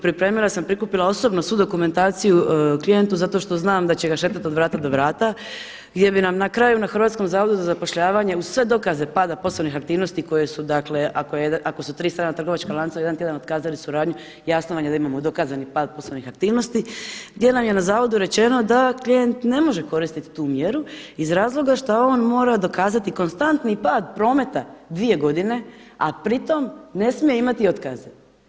Pripremila sam, prikupila osobno svu dokumentaciju klijentu zato što znam da će ga šetat od vrata do vrata gdje bi na kraju na Hrvatskom zavodu za zapošljavanje uz sve dokaze pada poslovnih aktivnosti koje su, dakle ako su tri strana trgovačka lanca jedan tjedan otkazali suradnju jasno vam je da imamo dokazani pad poslovnih aktivnosti, gdje nam je na zavodu rečeno da klijent ne može koristiti tu mjeru iz razloga šta on mora dokazati konstantni pad prometa dvije godine a pritom ne smije imati otkaze.